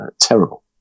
Terrible